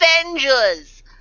Avengers